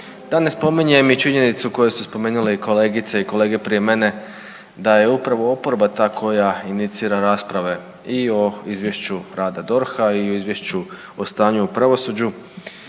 da ne spominjem i činjenicu koje su spomenule i kolegice i kolege prije mene da je upravo oporba ta koja inicira rasprave i o izvješću rada DORH-a, i o izvješću o stanju u pravosuđu,